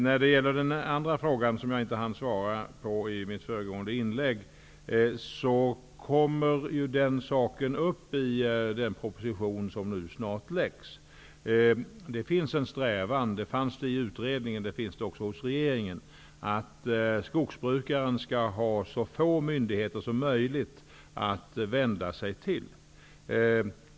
När det gäller den andra frågan, som jag inte hann svara på i mitt föregående inlägg, kommer den att tas upp i den proposition som snart kommer att läggas fram. Det finns en strävan -- det fanns det även i utredningen -- hos regeringen att skogsbrukaren skall ha så få myndigheter som möjligt att vända sig till.